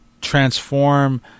transform